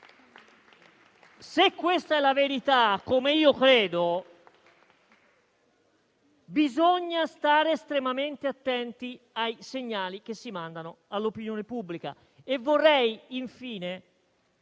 se questa è la verità, come io credo, bisogna stare estremamente attenti ai segnali che si mandano all'opinione pubblica.